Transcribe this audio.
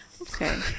Okay